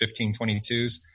1522s